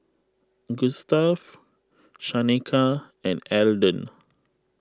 Gustav Shaneka and Elden